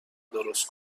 درست